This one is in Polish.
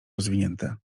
rozwinięte